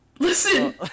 Listen